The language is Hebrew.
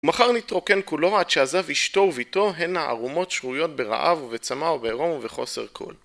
מחר נתרוקן כולו עד שעזב אשתו וביתו, הן הערומות שרויות ברעב ובצמא ובעירום ובחוסר כל.